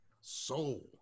soul